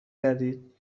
گردید